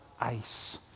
ice